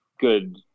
good